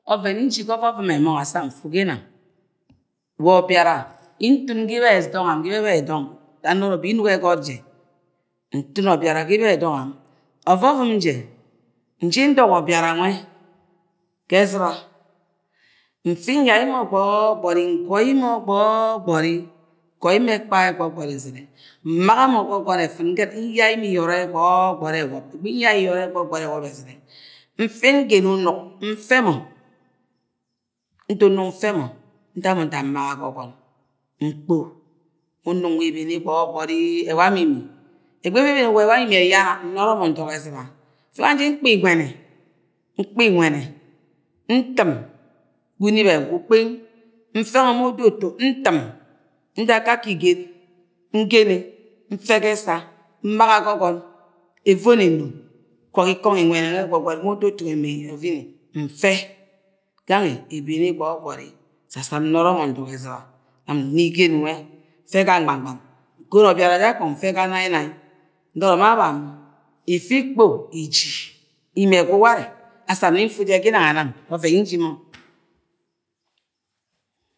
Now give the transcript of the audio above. Oven ze mji ga ovovum ye mong d sam mfu je ineng wa obiara ye ntum ga ibe dong ga ibebebe dong ga none be inungo ga egot je ntum obiara ga ibe-e dong aru ovovum je nfi ndogo obiara mue ga eztba mfi nyai mọ gbo gbo o-oo- nyor mọ gbogbo nzine mbaga ga ogon effin gerek nyai mo lyone gbogboi ewob nyai iyona gbogori ewop ezime mfi ngene unuk mfemo nda unuk mfe mo nda mo nda mbuga ga ogon nkpo unuk nwe ebene gbogbori ewa mo imi mfi nwa nji nkpa inwene nkpa inwene ntim ga unip egwu kpeng mfe mo ma uda utu ntim nda akaka igen ngene mfe ga esa mbagi gu ogon euoma eme nkwok uengo inwene mue ma uda utu nwe ma ovini mfe gange ebene gbogboi da sam noro mo ndogo ga eziba nam n-na igen nwe mfe ga gbang gbang nkono ohraru je akung mfe gi nai-nai nona ma bam ifi ikpo iji imi egwu ucare da sam nfu sa ga inang anang wa oven ye ibi mong